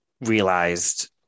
realized